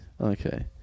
Okay